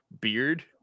beard